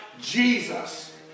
Jesus